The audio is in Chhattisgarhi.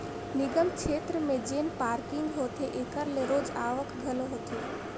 निगम छेत्र में जेन पारकिंग होथे एकर ले रोज आवक घलो होथे